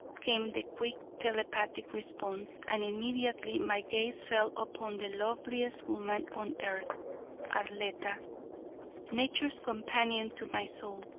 came the quick telepathic response, and immediately my gaze fell upon the loveliest woman on earth arletta nature's companion to my soul.